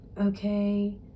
okay